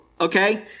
Okay